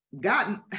gotten